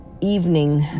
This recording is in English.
evening